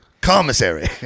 Commissary